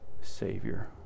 Savior